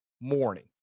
morning